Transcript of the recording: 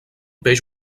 peix